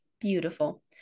Beautiful